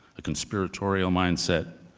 a conspiratorial mindset.